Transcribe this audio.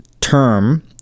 term